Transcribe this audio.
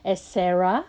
as sarah